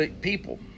people